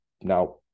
now